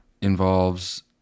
involves